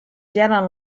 gelen